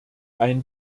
ein